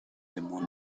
élément